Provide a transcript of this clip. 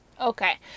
Okay